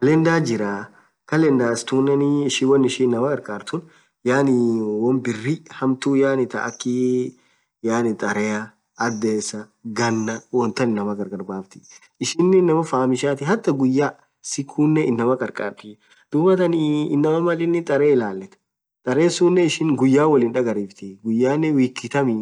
Calendar jirah calenders tunen won ishin inamaa kharkharthu yaani wonn birri hamtu yaani thaa akhii yaani tharea adhesa ghanna wonthan inamaa gargar basithi ishinen inamaa fahamishati hataa ghuyaa sikunen inamaa kharkharthiii dhub than inamaan Mal inin tareee illalu taree sunen ishin guyan wolin dhagariftii ghuyan week thammi